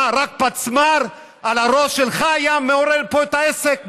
מה, רק פצמ"ר על הראש שלך היה מעורר פה את העסק?